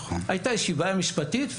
הייתה ישיבה משפטית,